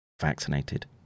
vaccinated